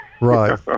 right